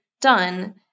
done